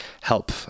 help